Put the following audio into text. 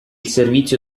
servizio